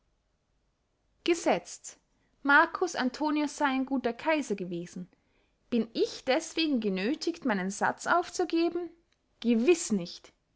gesetzt marcus antoninus sey ein guter kaiser gewesen bin ich deßwegen genöthigt meinen satz aufzugeben gewiß nicht